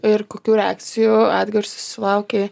ir kokių reakcijų atgarsių sulaukei